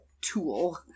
tool